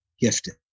gifted